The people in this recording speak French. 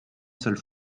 seule